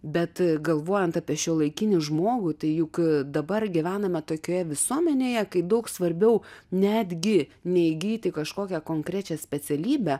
bet galvojant apie šiuolaikinį žmogų tai juk dabar gyvename tokioje visuomenėje kai daug svarbiau netgi ne įgyti kažkokią konkrečią specialybę